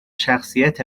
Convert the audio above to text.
شخصیت